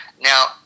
now